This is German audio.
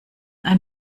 ein